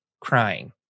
crying